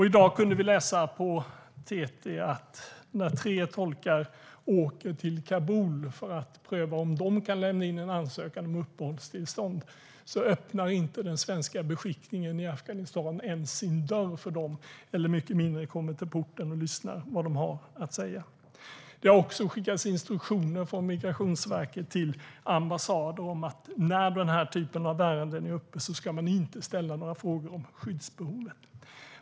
I dag kunde vi läsa på TT att när tre tolkar åkte till Kabul för att pröva om de kunde lämna in en ansökan om uppehållstillstånd öppnade inte den svenska beskickningen i Afghanistan sin dörr för dem eller ens kom till porten och lyssnade på vad de hade att säga. Det har också skickats instruktioner från Migrationsverket till ambassader om att när den här typen av ärenden är uppe ska man inte ställa några frågor om skyddsbehovet.